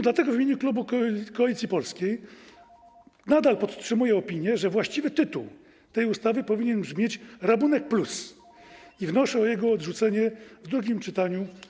Dlatego w imieniu klubu Koalicji Polskiej nadal podtrzymuję opinię, że właściwy tytuł tego projektu ustawy powinien brzmieć: Rabunek+ i wnoszę o jego odrzucenie w całości w drugim czytaniu.